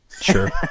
Sure